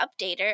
updater